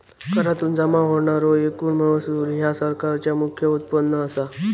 करातुन जमा होणारो एकूण महसूल ह्या सरकारचा मुख्य उत्पन्न असा